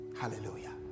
Hallelujah